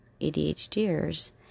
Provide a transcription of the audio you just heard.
ADHDers